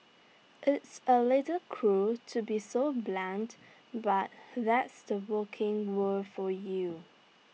it's A little cruel to be so blunt but that's the working world for you